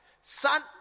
son